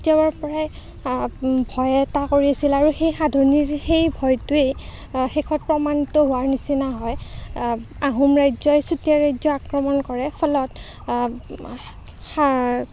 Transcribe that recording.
কেতিয়াবাৰ পৰাই ভয় এটা কৰি আছিলে আৰু সেই সাধনীৰ সেই ভয়টোৱেই শেষত প্ৰমাণিত হোৱাৰ নিচিনা হয় আহোম ৰাজ্যই চুতীয়া ৰাজ্য আক্ৰমণ কৰে ফলত